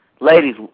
ladies